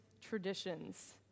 traditions